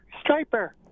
Striper